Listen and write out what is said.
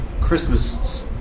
Christmas